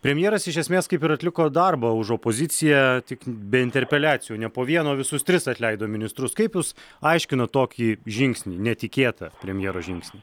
premjeras iš esmės kaip ir atliko darbą už opoziciją tik be interpeliacijų ne po vieną visus tris atleido ministrus kaip jūs aiškinat tokį žingsnį netikėtą premjero žingsnį